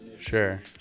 sure